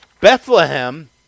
Bethlehem